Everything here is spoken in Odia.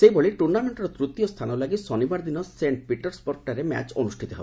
ସେହିଭଳି ଟୁର୍ଣ୍ଣାମେଣ୍ଟ୍ର ତୃତୀୟ ସ୍ଥାନ ଲାଗି ଶନିବାର ଦିନ ସେଣ୍ଟ୍ ପିଟର୍ସବର୍ଗଠାରେ ମ୍ୟାଚ୍ ଅନୁଷ୍ଠିତ ହେବ